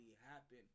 happen